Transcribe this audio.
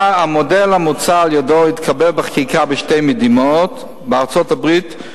המודל המוצע על-ידו התקבל בחקיקה בשתי מדינות בארצות-הברית,